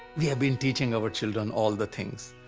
we have been teaching our children all the things.